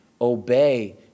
obey